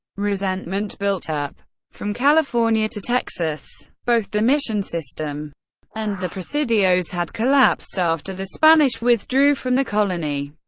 resentment built up from california to texas. both the mission system and the presidios had collapsed after the spanish withdrew from the colony,